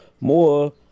more